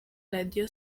radio